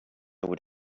would